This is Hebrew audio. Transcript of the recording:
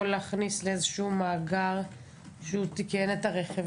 להכניס מידע לאיזשהו מאגר שהוא תיקן את הרכב,